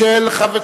והבריאות.